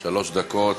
שלוש דקות.